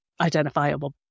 identifiable